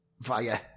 via